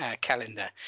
calendar